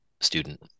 student